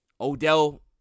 Odell